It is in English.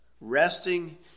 Resting